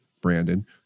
Brandon